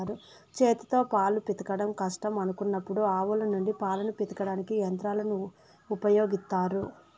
చేతితో పాలు పితకడం కష్టం అనుకున్నప్పుడు ఆవుల నుండి పాలను పితకడానికి యంత్రాలను ఉపయోగిత్తారు